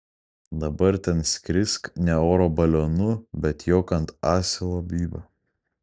dabar ten skrisk ne oro balionu bet jok ant asilo bybio